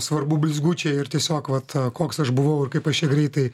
svarbu blizgučiai ir tiesiog vat koks aš buvau ir kaip aš čia greitai